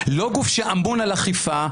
לא גוף שאמון על אכיפה,